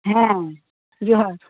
ᱦᱮᱸ ᱡᱚᱦᱟᱨ